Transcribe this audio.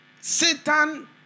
Satan